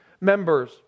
members